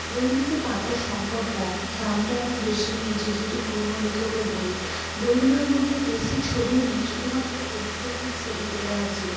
বইগুলিতে পাতার সংখ্যা কম দামটা অনেক বেশি নিয়েছে যেহেতু পুরনো লেখকের বই বইগুলোর মধ্যে বেশি ছবি নেই শুধুমাত্র পরীক্ষাগুলির ছবি দেওয়া আছে